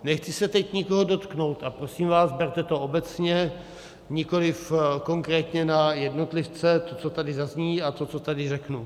Nechci se teď nikoho dotknout a prosím vás, berte to obecně, nikoliv konkrétně na jednotlivce, to, co tady zazní, a to, co tady řeknu.